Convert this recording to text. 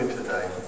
today